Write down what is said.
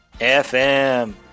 FM